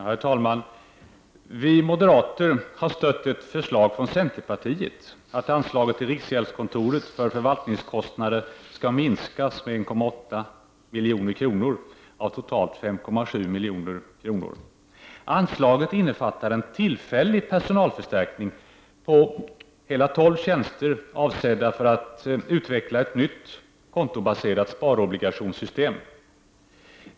Herr talman! Vi moderater stöder centerpartiets förslag om att anslaget till riksgäldskontoret beträffande förvaltningskostnader skall minskas med 1,8 milj.kr. av totalt 5,7 milj.kr. Anslaget innefattar en tillfällig personalförstärkning om hela 12 tjänster avsedda för att utveckla ett nytt kontobaserat sparobligationssystem.